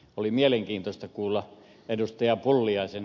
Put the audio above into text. oli mielenkiintoista kuulla ed